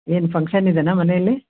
ಏನು ಫಂಕ್ಷನ್ ಇದೆಯಾ ಮನೆಯಲ್ಲಿ